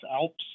Alps